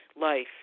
life